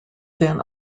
than